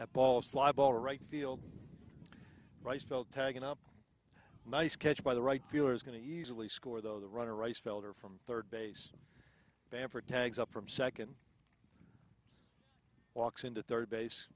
of balls fly ball right field rice field tagging up a nice catch by the right viewer is going to easily score though the runner rice felder from third base bamford tags up from second walks into third base